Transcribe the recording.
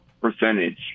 percentage